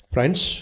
Friends